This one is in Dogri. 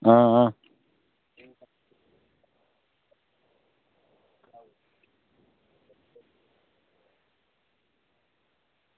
आं आं